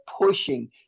pushing